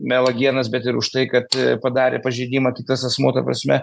melagienas bet ir už tai kad padarė pažeidimą kitas asmuo ta prasme